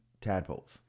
tadpoles